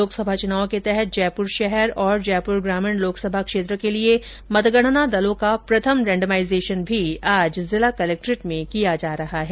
लोकसभा चुनाव के तहत जयपुर शहर और जयपुर ग्रामीण लोकसभा क्षेत्र के लिये मतगणना दलों का प्रथम रेंडमाइजेशन भी आज जिला कलक्ट्रेट में कियाँ जा रहा है